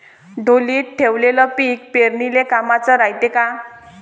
ढोलीत ठेवलेलं पीक पेरनीले कामाचं रायते का?